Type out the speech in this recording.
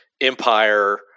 Empire